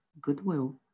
goodwill